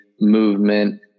movement